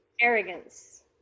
Arrogance